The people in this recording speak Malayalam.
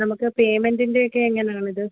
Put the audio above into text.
നമുക്ക് പേയ്മെൻ്റീൻ്റെയൊക്കെ എങ്ങനാണിത്